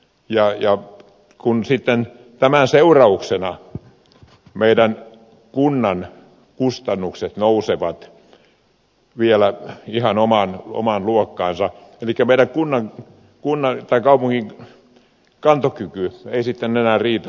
ja jo nyt kun sitten tämän seurauksena meidän kuntamme kustannukset nousevat sitten vielä ihan omaan luokkaansa elikkä meidän kaupunkimme kantokyky ei sitten enää riitä näihin